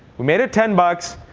we made it ten but